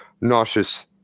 nauseous